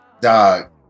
Dog